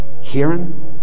hearing